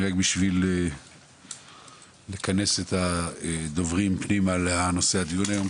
רק בשביל לכנס את הדוברים פנימה לנושא הדיון היום,